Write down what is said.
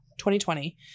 2020